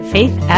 Faith